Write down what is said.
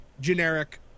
generic